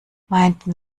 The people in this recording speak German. meinten